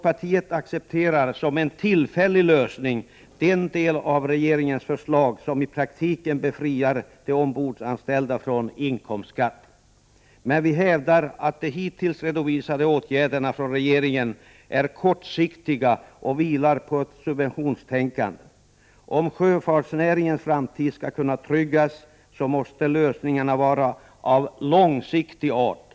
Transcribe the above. Vi accepterar, som en tillfällig lösning, den del av regeringens förslag som i praktiken befriar de ombordanställda från inkomstskatt. Men vi hävdar att de hittills redovisade åtgärderna från regeringen är kortsiktiga och vilar på ett subventionstänkande. Om sjöfartsnäringens framtid skall kunna tryggas måste lösningarna vara av långsiktig art.